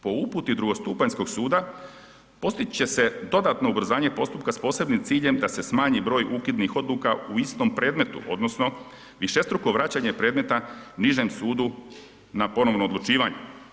Po uputi drugostupanjskog suda postići će se dodatno ubrzanje postupka s posebnim ciljem da se smanji broj ukidnih odluka u istom predmetu odnosno višestruko vraćanje predmeta nižem sudu na ponovno odlučivanje.